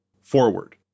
Forward